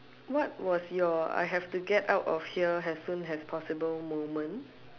what was your I have to get out of here as soon as possible moment